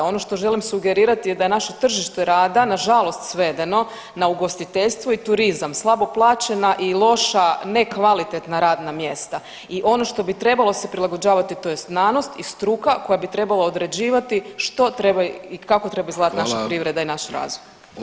Ono što želim sugerirati je da je naše tržište rada nažalost svedeno na ugostiteljstvo i turizam, slabo plaćena i loša nekvalitetna radna mjesta i ono što bi trebalo se prilagođavati to je znanost i struka koja bi trebala određivati što treba i kako treba izgledati naša privreda i naš razvoj.